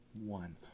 One